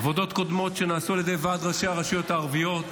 עבודות קודמות שנעשו על ידי ועד ראשי הרשויות הערביות,